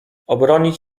obronić